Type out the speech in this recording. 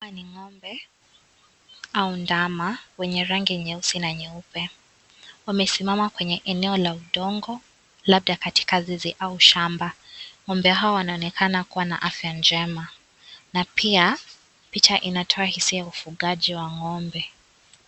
Hawa ni ngombe au ndama wenye rangi nyeusi na nyeupe, wamesimama kwenye eneo la udongo labda katika zizi au shamba. Ngombe hawa wanaonekana kuwa na afya njema na pia picha inatoa hisia ufugaji wa ngombe.